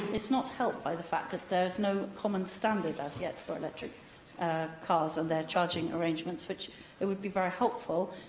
it's not helped by the fact that there is no common standard as yet for electric cars and their charging arrangements. it would be very helpful,